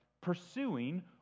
Pursuing